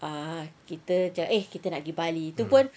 ah kita macam eh kita nak pergi bali tu pun